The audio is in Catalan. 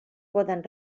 poden